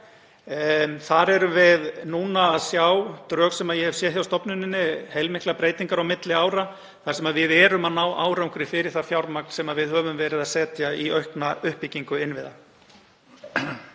Þar sjáum við, í drögum sem ég hef séð hjá stofnuninni, heilmiklar breytingar á milli ára þar sem við erum að ná árangri fyrir það fjármagn sem við höfum verið að setja í aukna uppbyggingu innviða.